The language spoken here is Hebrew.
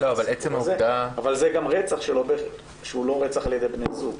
אבל זה גם רצח שהוא לא רצח על ידי בן זוג.